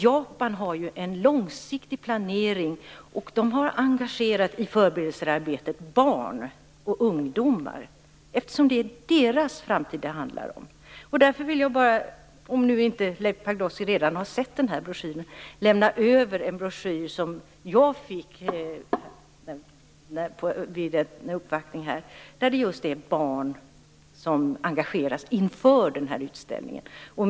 Japan har en långsiktig planering och har i förberedelsearbetet engagerat barn och ungdomar, eftersom det är deras framtid det handlar om. Om Leif Pagrotsky inte redan har sett den här broschyren vill jag överlämna den till honom. Jag fick den vid en uppvaktning. Det handlar just om barn som engageras inför den här utställningen.